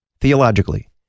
theologically